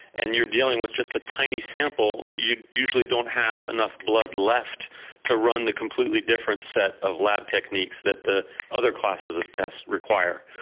and you're dealing with just a tiny sample, you usually don't have enough blood left to run the completely different set of lab techniques that other classes of test require.